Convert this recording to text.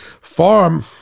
farm